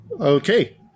Okay